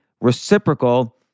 reciprocal